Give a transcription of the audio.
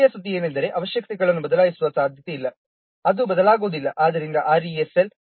ಮತ್ತು ಒಳ್ಳೆಯ ಸುದ್ದಿ ಏನೆಂದರೆ ಅವಶ್ಯಕತೆಗಳನ್ನು ಬದಲಾಯಿಸುವ ಸಾಧ್ಯತೆಯಿಲ್ಲ ಅದು ಬದಲಾಗುವುದಿಲ್ಲ ಆದ್ದರಿಂದ RESL 2